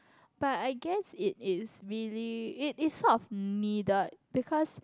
but I guess it is really it it sort of needed because